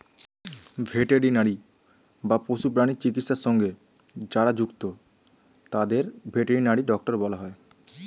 veterinary বা পশু প্রাণী চিকিৎসা সঙ্গে যারা যুক্ত তাদের ভেটেরিনারি ডক্টর বলা হয়